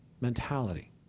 mentality